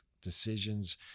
decisions